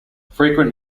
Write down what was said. frequent